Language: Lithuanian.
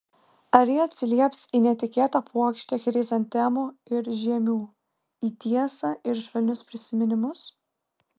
ar ji atsilieps į netikėtą puokštę chrizantemų ir žiemių į tiesą ir švelnius prisiminimus